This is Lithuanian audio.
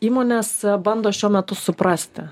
įmonės bando šiuo metu suprasti